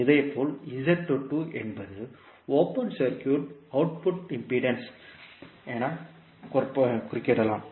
இதேபோல் என்பது open circuit output impedance ஆகும்